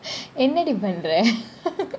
in that event right